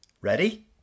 Ready